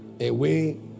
Away